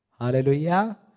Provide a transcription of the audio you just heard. hallelujah